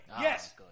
Yes